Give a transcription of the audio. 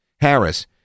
Harris